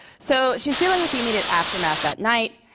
so she's dealing with the immediate aftermath that night,